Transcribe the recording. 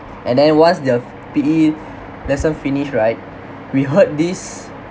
and then once the P_E lesson finished right we heard this